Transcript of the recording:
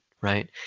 right